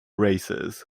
races